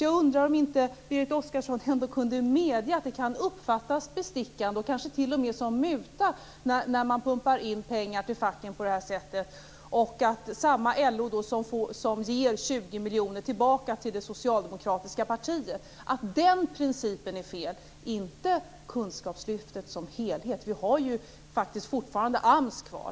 Jag undrar om Berit Oscarsson ändå inte kan medge att det kan uppfattas som bestickande och kanske t.o.m. som muta när man pumpar in pengar till facken på det här sättet. Principen att LO ger 20 miljoner tillbaka till det socialdemokratiska partiet är fel, inte kunskapslyftet som helhet. Vi har ju faktiskt fortfarande AMS kvar.